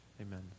Amen